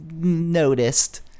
noticed